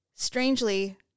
strangely